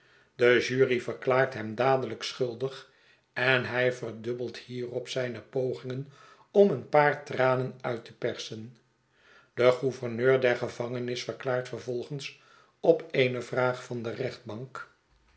de jury verklaart hem dadelijk schuldig en hij verdubbelt hierop zijne pogingen om een paar tranen uit te persen de gouverneur der gevangenis verklaart vervolgens op eene vraag van de rechtbank